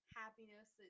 happiness